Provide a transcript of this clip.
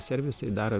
servisai daro